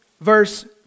verse